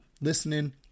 listening